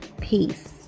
Peace